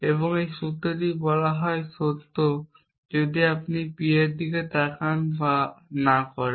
এবং এই সূত্রটি বলা সত্য যদি আপনি P এর দিকে তাকান বা না করেন